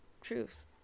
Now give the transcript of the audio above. truth